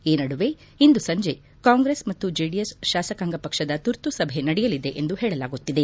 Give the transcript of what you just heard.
ಈ ನಡುವೆ ಇಂದು ಸಂಜೆ ಕಾಂಗ್ರೆಸ್ ಮತ್ತು ಜೆಡಿಎಸ್ ಶಾಸಕಾಂಗ ಪಕ್ಷದ ತುರ್ತುಸಭೆ ನಡೆಯಲಿದೆ ಎಂದು ಹೇಳಲಾಗುತ್ತಿದೆ